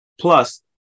Plus